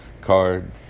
card